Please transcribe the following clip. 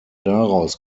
daraus